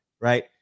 right